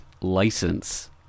license